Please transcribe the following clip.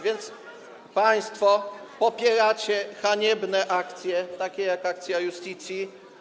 więc państwo popieracie haniebne akcje, takie jak akcja Iustitii.